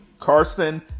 Carson